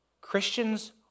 Christians